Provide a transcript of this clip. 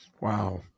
Wow